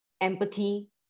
empathy